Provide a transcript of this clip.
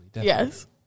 Yes